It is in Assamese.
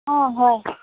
অঁ হয়